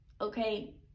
okay